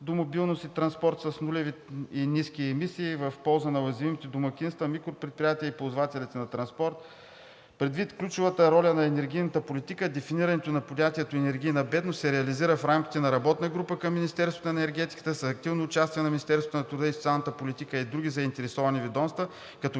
до мобилност и транспорт с нулеви и ниски емисии в полза на уязвимите домакинства, микропредприятия и ползвателите на транспорт. Предвид ключовата роля на енергийната политика дефинирането на понятието „енергийна бедност“ се реализира в рамките на работна група към Министерството на енергетиката с активното участие на Министерството на труда и социалната политика и други заинтересовани ведомства, като